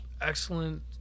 excellent